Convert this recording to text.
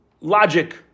logic